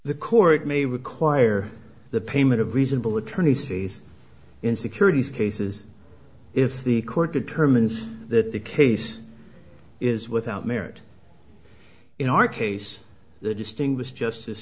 the court may require the payment of reasonable attorney's fees in securities cases if the court determines that the case is without merit in our case the distinguished justice